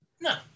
No